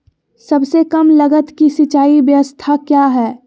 सबसे कम लगत की सिंचाई ब्यास्ता क्या है?